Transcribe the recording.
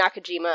Nakajima